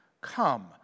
come